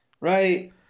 right